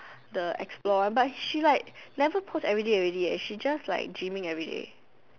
the explore one but she like never post everyday already leh she just like gyming everyday